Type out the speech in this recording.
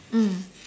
mm